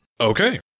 Okay